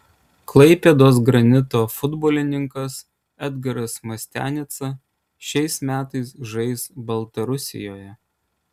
klaipėdos granito futbolininkas edgaras mastianica šiais metais žais baltarusijoje